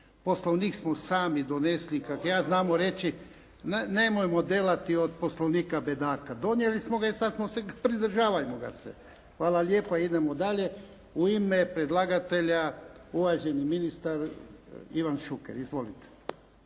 Poslovnik smo sami donesli kak ja znamo reći. Nemojmo delati od Poslovnika bedaka. Donijeli smo ga i sad pridržavajmo ga se. Hvala lijepo. Idemo dalje. U ime predlagatelja uvaženi ministar Ivan Šuker. Izvolite.